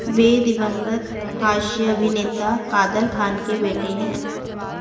वह दिवंगत हास्य अभिनेता कादर खान के बेटे हैं